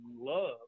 love